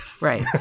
Right